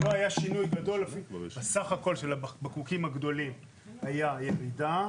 בסך הכל של הבקבוקים הגדולים הייתה ירידה,